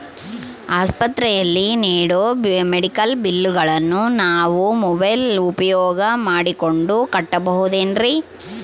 ಆಸ್ಪತ್ರೆಯಲ್ಲಿ ನೇಡೋ ಮೆಡಿಕಲ್ ಬಿಲ್ಲುಗಳನ್ನು ನಾವು ಮೋಬ್ಯೆಲ್ ಉಪಯೋಗ ಮಾಡಿಕೊಂಡು ಕಟ್ಟಬಹುದೇನ್ರಿ?